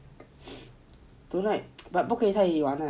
tonight but 不可以太晚啦